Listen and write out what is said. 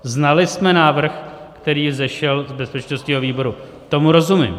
Znali jsme návrh, který vzešel z bezpečnostního výboru, tomu rozumím.